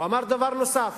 הוא אמר דבר נוסף: